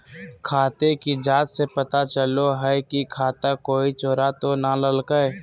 खाते की जाँच से पता चलो हइ की खाता कोई चोरा तो नय लेलकय